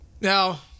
Now